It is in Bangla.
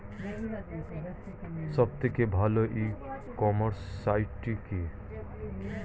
সব থেকে ভালো ই কমার্সে সাইট কী?